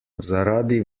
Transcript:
zaradi